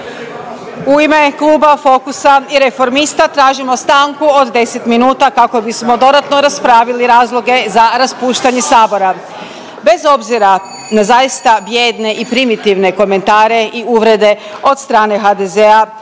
U ime kluba Fokusa i Reformista tražimo stanku od 10 minuta kako bismo dodatno raspravili razloge za raspuštanje Sabora. Bez obzira na zaista bijedne i primitivne komentare i uvrede od strane HDZ-a